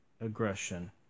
aggression